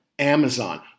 Amazon